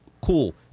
Cool